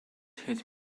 hit